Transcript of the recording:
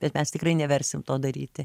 bet mes tikrai neversim to daryti